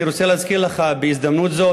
אני רוצה להזכיר לך בהזדמנות זו